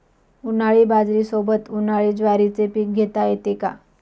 उन्हाळी बाजरीसोबत, उन्हाळी ज्वारीचे पीक घेता येते का?